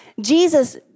Jesus